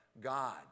God